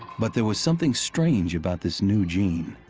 but there was something strange about this new gene.